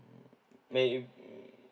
mm may~ mm